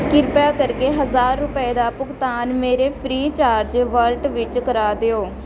ਕਿਰਪਾ ਕਰਕੇ ਹਜ਼ਾਰ ਰੁਪਏ ਦਾ ਭੁਗਤਾਨ ਮੇਰੇ ਫ੍ਰੀਚਾਰਜ ਵਾਲਟ ਵਿੱਚ ਕਰਾ ਦਿਓ